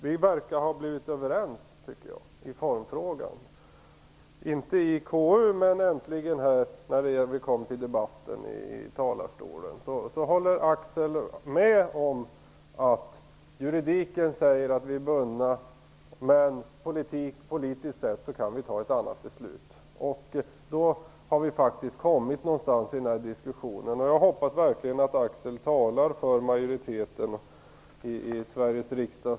Vi verkar ha blivit överens i formfrågan, inte i KU utan i debatten i kammaren. Här i talarstolen håller Axel Andersson med om att juridiken säger att vi är bundna, men politiskt sett kan vi fatta ett annat beslut. Då har vi faktiskt kommit någonstans i diskussionen. Jag hoppas verkligen att Axel Andersson talar för majoriteten i Sveriges riksdag.